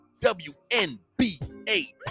WNBA